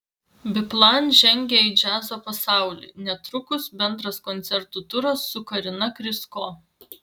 biplan žengia į džiazo pasaulį netrukus bendras koncertų turas su karina krysko